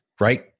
Right